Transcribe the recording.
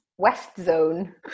Westzone